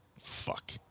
Fuck